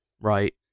right